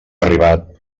arribat